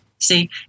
See